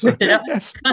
Yes